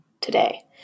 today